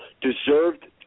deserved